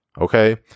okay